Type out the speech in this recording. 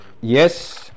Yes